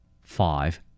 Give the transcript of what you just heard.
five